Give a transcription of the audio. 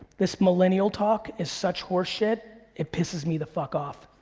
this millennial talk is such horseshit, it pisses me the fuck off.